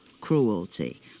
cruelty